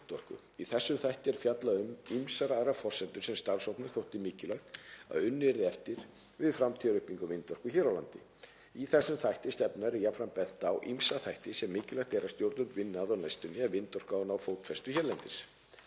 Í þessum þætti er fjallað um ýmsar aðrar forsendur sem starfshópnum þótti mikilvægt að unnið yrði eftir við framtíðaruppbyggingu vindorku hér á landi. Í þessum þætti stefnunnar er jafnframt bent á ýmsa þætti sem mikilvægt er að stjórnvöld vinni að á næstunni ef vindorka á að ná fótfestu hérlendis.